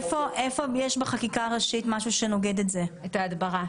איפה בחקיקה ראשית יש משהו שנוגד את ההדברה?